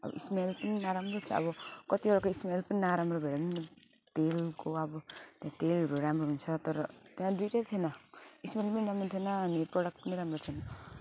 smell पनि नराम्रो थियो अब कतिवटाको स्मेल पनि नराम्रो भएर पनि तेलको अब तेलहरू राम्रो हुन्छ तर त्यहाँ दुइटै थिएन स्मेल पनि राम्रो थिएन अनि प्रोडक्ट पनि राम्रो थिएन